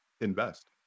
invest